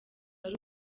wari